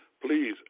please